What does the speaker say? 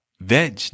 Veg